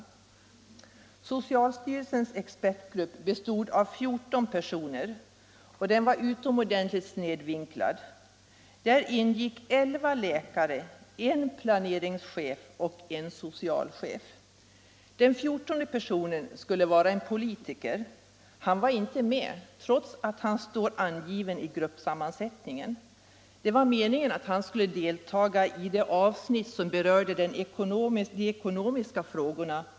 Sammansättningen av socialstyrelsens expertgrupp, som bestod av fjorton personer, var utomordentligt snedvinklad, då där ingick elva läkare, en planeringschef och en socialchef. Den fjortonde personen var politiker. Men han var inte ens med i arbetet, trots att han står angiven i gruppsammansättningen. Det var meningen att han skulle delta i det avsnitt som berörde de ekonomiska frågorna.